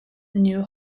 new